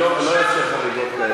אני לא אאפשר חריגות כאלה.